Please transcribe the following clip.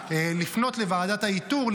לפנות לוועדת האיתור,